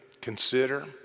consider